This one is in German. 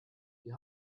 die